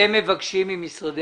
אתם מבקשים ממשרדי